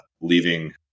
leaving